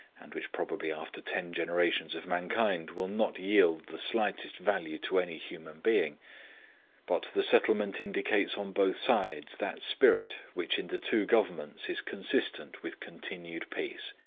and which probably after ten generations of mankind will not yield the slightest value to any human being but the settlement indicates on both sides that spirit which in the two governments is consistent with continued peace.